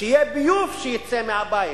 שיהיה ביוב שיצא מהבית,